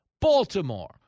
Baltimore